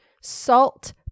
Salt